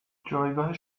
جایگاه